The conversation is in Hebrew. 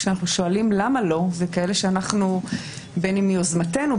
כשאנחנו שואלים למה לא בין אם מיוזמתנו,